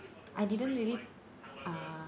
I didn't really uh